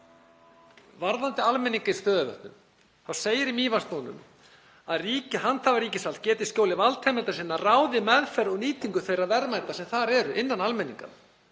Varðandi almenninga stöðuvatna þá segir í Mývatnsdóminum að handhafar ríkisvalds geti í skjóli valdheimilda sinna ráðið meðferð og nýtingu þeirra verðmæta sem þar eru innan almenninganna.